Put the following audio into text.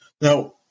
Now